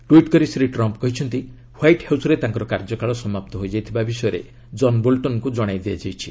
tweet କରି Shri Trump କହିଛନ୍ତି White ହାଉସ୍ରେ ତାଙ୍କର କାର୍ଯ୍ୟକାଳ ସମାପ୍ତ ହୋଇଯାଇଥିବା ବିଷୟରେ ଜନ୍ ବୋଲ୍ଟନ୍ଙ୍କୁ ଜଣାଇ ଦିଆଯାଇଛି